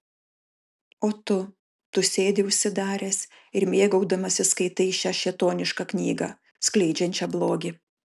o tu tu sėdi užsidaręs ir mėgaudamasis skaitai šią šėtonišką knygą skleidžiančią blogį